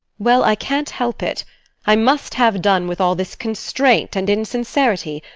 well, i can't help it i must have done with all this constraint and insincerity.